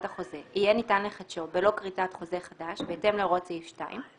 החוזה יהיה ניתן לחדשו בלא כריתת חוזה חדש בהתאם להוראות סעיף 2,